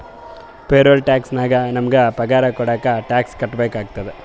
payroll tax ನಾಗ್ ನಮುಗ ಪಗಾರ ಕೊಡಾಗ್ ಟ್ಯಾಕ್ಸ್ ಕಟ್ಬೇಕ ಆತ್ತುದ